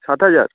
সাত হাজার